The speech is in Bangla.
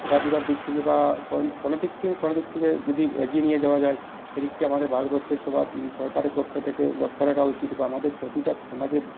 খেলাধুলার দিক থেকে বা কোনো দিক থেকে কোনো দিক থেকে যদি এগিয়ে নিয়ে যাওয়া যায় সেদিকটি আমাদের ভারতবর্ষের সবার সরকারের পক্ষ থেকে লক্ষ্য রাখা উচিত বা আমাদের প্রতিটা সমাজের